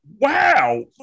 wow